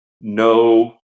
no